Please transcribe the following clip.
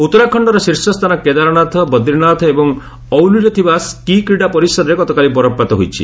ଉତ୍ତରାଖଣ୍ଡର ଶୀର୍ଷସ୍ଥାନ କେଦାରନାଥ ବଦ୍ରିନାଥ ଏବଂ ଆଲିରେ ଥିବା ସ୍କି କ୍ରୀଡ଼ା ପରିସରରେ ଗତକାଲି ବରଫପାତ ହୋଇଛି